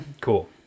Cool